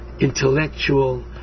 intellectual